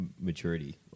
maturity